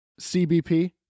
CBP